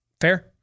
Fair